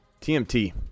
TMT